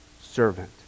servant